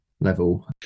level